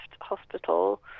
hospital